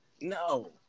No